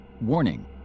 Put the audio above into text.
Warning